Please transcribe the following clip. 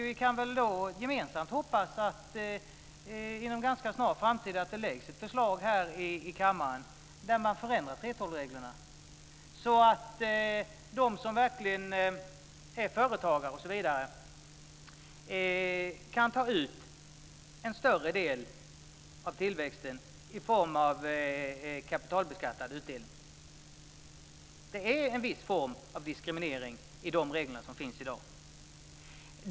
Vi kan väl gemensamt hoppas att det läggs fram ett förslag här i kammaren inom en ganska snar framtid där man förändrar 3:12 reglerna så att de som verkligen är företagare kan ta ut en större del av tillväxten i form av kapitalbeskattad utdelning. Det är en viss form av diskriminering i de regler som finns i dag.